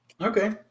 Okay